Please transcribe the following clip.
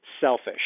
selfish